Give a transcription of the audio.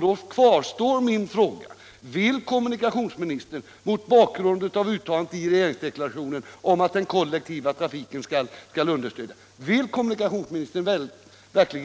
Då kvarstår min fråga: Vill kommunikationsministern mot bakgrund av uttalandet i regeringsdeklarationen om att den kollektiva trafiken skall understödjas